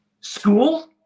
school